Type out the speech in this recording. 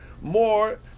more